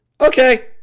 okay